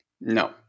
No